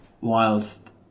whilst